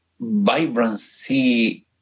vibrancy